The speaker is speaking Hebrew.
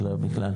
אלא בכלל.